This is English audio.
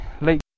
Lake